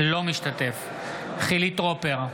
אינו משתתף בהצבעה חילי טרופר,